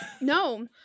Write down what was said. No